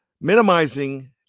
minimizing